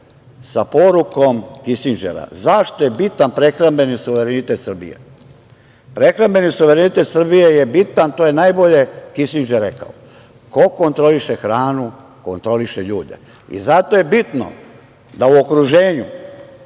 sa porukom Kisindžera, zašto je bitan prehrambeni suverenitet Srbije? Prehrambeni suverenitet Srbije je bitan, to je najbolje Kisindžer rekao, ko kontroliše hranu, kontroliše ljude. Zato je bitno da u okruženju